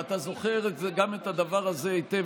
ואתה זוכר גם את הדבר הזה היטב,